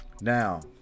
Now